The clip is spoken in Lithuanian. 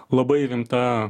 labai rimta